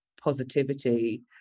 positivity